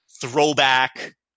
throwback